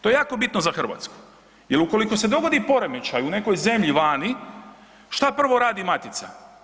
To je jako bitno za Hrvatsku jel ukoliko se dogodi poremećaj u nekoj zemlji vani, šta prvo radi matica?